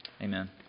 Amen